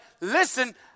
listen